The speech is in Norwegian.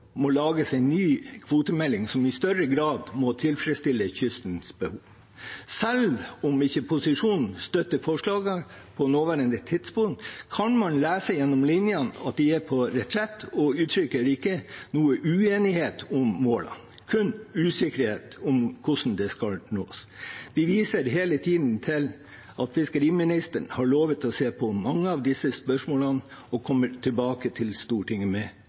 må lages en ny kvotemelding som i større grad må tilfredsstille kystens behov. Selv om posisjonen ikke støtter forslagene på nåværende tidspunkt, kan man lese mellom linjene at de er på retrett, og de uttrykker ikke noen uenighet om målene, kun usikkerhet om hvordan de skal nås. De viser hele tiden til at fiskeriministeren har lovet å se på mange av disse spørsmålene og kommer tilbake til Stortinget med